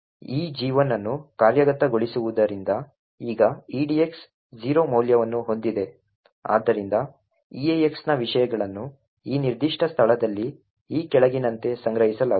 ಈ G1 ಅನ್ನು ಕಾರ್ಯಗತಗೊಳಿಸುವುದರಿಂದ ಈಗ edx 0 ಮೌಲ್ಯವನ್ನು ಹೊಂದಿದೆ ಆದ್ದರಿಂದ eax ನ ವಿಷಯಗಳನ್ನು ಈ ನಿರ್ದಿಷ್ಟ ಸ್ಥಳದಲ್ಲಿ ಈ ಕೆಳಗಿನಂತೆ ಸಂಗ್ರಹಿಸಲಾಗುತ್ತದೆ